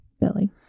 Billy